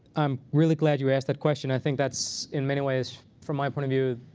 i'm really glad you asked that question. i think that's, in many ways from my point of view,